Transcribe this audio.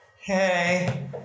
Hey